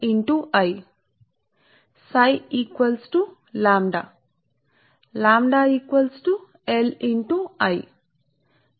ఇప్పుడు అదేవిధంగా మీరు 2 సర్క్యూట్ల మధ్య పరస్పర ప్రేరణ ను తెలుసుకోవాలనుకుంటే రెండవ సర్క్యూట్ కుడివైపున ఉన్న కరెంట్ కారణంగా ఇది ఒక సర్క్యూట్ యొక్క ఫ్లక్స్ అనుసంధానం గా నిర్వచించబడింది